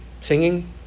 singing